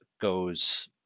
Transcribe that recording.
goes